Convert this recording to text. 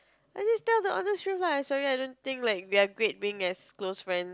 I just tell the honest truth lah sorry I don't think like we are great being as close friends